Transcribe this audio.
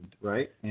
right